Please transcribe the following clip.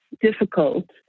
difficult